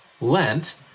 Lent